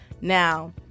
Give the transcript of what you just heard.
Now